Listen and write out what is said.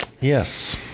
Yes